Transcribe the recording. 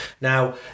Now